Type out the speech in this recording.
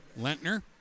Lentner